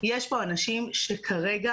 יש פה אנשים שכרגע